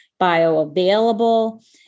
bioavailable